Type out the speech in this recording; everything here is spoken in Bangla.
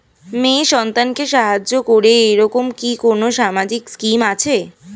মেয়ে সন্তানকে সাহায্য করে এরকম কি কোনো সামাজিক স্কিম আছে?